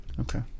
Okay